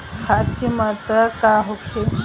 खाध के मात्रा का होखे?